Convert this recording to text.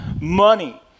money